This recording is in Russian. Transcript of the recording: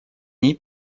ней